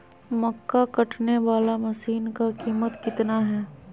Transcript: मक्का कटने बाला मसीन का कीमत कितना है?